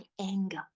anger